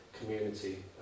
community